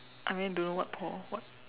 I mean I don't know what Paul what